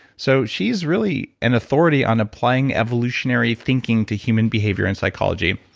so she's really an authority on applying evolutionary thinking to human behavior and psychology.